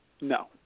No